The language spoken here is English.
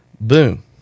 boom